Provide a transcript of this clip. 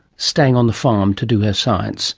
staying on the farm to do her science